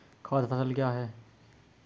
खाद्य फसल क्या है?